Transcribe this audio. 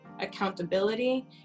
accountability